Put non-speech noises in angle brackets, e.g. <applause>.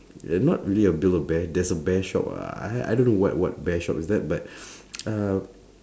and not really a build of bear there's a bear shop ah I I don't know what what bear shop is that but <breath> uh